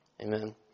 Amen